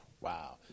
Wow